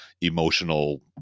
emotional